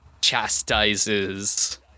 chastises